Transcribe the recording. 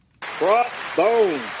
Crossbones